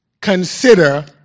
Consider